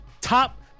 top